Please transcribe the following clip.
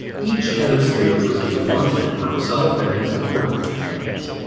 each head of state was given one tent for himself and his important companions.